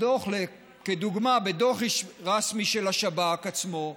לדוגמה, בדוח רשמי של השב"כ עצמו,